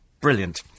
Brilliant